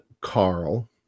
Carl